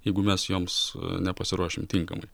jeigu mes joms nepasiruošim tinkamai